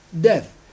death